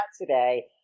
today